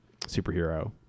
superhero